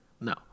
No